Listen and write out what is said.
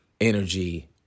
energy